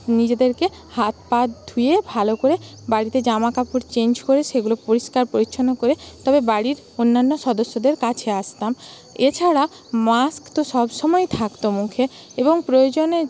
নিজেদেরকে হাত পা ধুয়ে ভালো করে বাড়িতে জামাকাপড় চেঞ্জ করে সেগুলো পরিষ্কার পরিচ্ছন্ন করে তবে বাড়ির অন্যান্য সদস্যদের কাছে আসতাম এছাড়া মাস্ক তো সবসময়েই থাকত মুখে এবং প্রয়োজনে